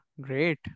Great